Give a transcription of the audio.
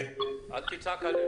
עבור